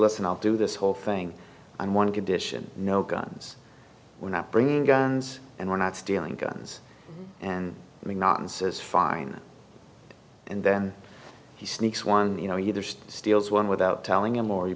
listen i'll do this whole thing on one condition no guns we're not bringing guns and we're not stealing guns and i mean not and says fine and then he sneaks one you know either steals one without